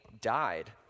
died